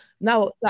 Now